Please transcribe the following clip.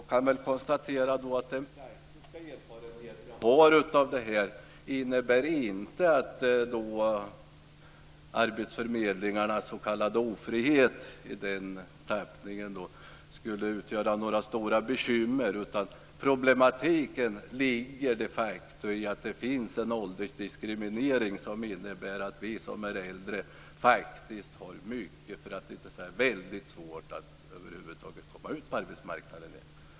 Fru talman! Jag kan då konstatera att den praktiska erfarenhet som jag har av detta inte är den att arbetsförmedlingarnas s.k. ofrihet skulle utgöra något stort bekymmer. Problematiken ligger de facto i att det finns en åldersdiskriminering. Vi som är äldre har väldigt svårt att över huvud taget komma ut på arbetsmarknaden.